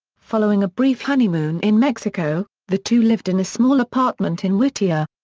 following a brief honeymoon in mexico, the two lived in a small apartment in whittier.